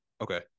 okay